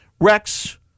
Rex